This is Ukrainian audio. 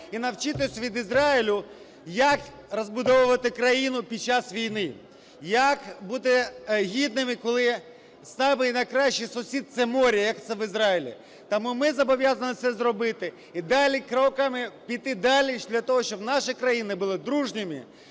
і навчити світ Ізраїлю, як розбудовувати країну під час війни, як бути гідними, коли самий найкращий сусід – це море, як це в Ізраїлі. Тому ми зобов'язані це зробити і далі кроками піти далі для того, щоб наші країни були дружніми,